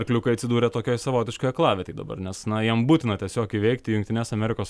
arkliukai atsidūrę tokioj savotiškoj aklavietėj dabar nes na jiem būtina tiesiog įveikti jungtines amerikos